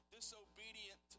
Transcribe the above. disobedient